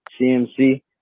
CMC